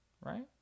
right